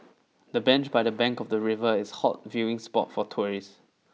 the bench by the bank of the river is hot viewing spot for tourists